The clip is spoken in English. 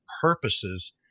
purposes